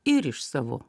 ir iš savo